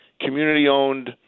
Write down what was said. community-owned